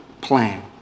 plan